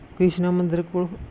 ਕ੍ਰਿਸ਼ਨਾ ਮੰਦਰ ਕੋਲ